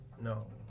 no